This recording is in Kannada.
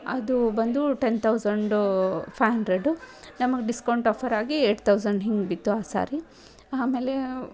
ಅದು ಬಂದು ಟೆನ್ ತೌಸಂಡು ಫೈವ್ ಹಂಡ್ರೆಡು ನಮಗೆ ಡಿಸ್ಕೌಂಟ್ ಆಫರ್ ಆಗಿ ಏಯ್ಟ್ ತೌಸಂಡ್ ಹಿಂಗೆ ಬಿತ್ತು ಆ ಸಾರಿ ಆಮೇಲೆ